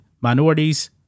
minorities